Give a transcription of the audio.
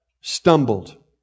Stumbled